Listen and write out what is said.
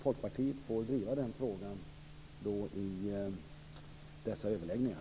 Folkpartiet får driva den frågan vid dessa överläggningar.